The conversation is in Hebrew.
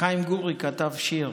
חיים גורי כתב שיר